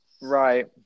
Right